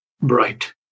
Bright